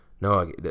No